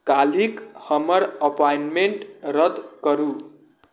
काल्हिक हमर अपॉइंटमेंट रद्द करू